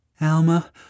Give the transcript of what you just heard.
Alma